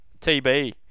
TB